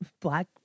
black